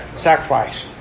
sacrifice